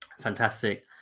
Fantastic